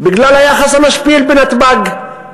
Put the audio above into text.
בגלל היחס המשפיל בנתב"ג,